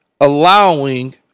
allowing